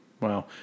Wow